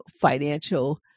financial